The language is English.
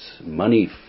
money